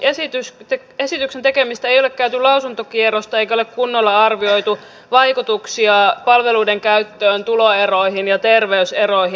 ennen tämän esityksen tekemistä ei ole käyty lausuntokierrosta eikä ole kunnolla arvioitu vaikutuksia palveluiden käyttöön tuloeroihin ja terveyseroihin